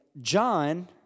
John